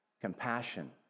Compassion